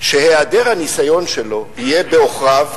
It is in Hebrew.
שהיעדר הניסיון שלו יהיה בעוכריו?